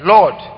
Lord